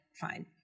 Fine